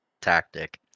tactic